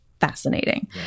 fascinating